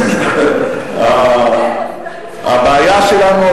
הבעיה שלנו,